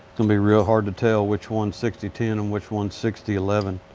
gonna be real hard to tell which one's sixty ten and which one's sixty eleven.